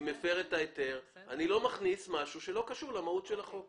אם הפר את ההיתר אבל אני לא מכניס משהו שלא קשור למהות של החוק.